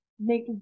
make